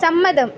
സമ്മതം